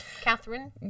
Catherine